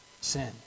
sin